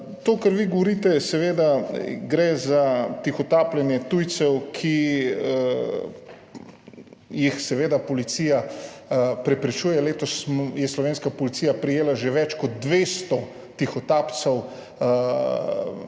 o čemer vi govorite, gre za tihotapljenje tujcev, ki ga policija preprečuje. Letos je slovenska policija prijela že več kot 200 tihotapcev